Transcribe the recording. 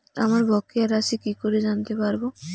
আমার বকেয়া রাশি কি করে জানতে পারবো?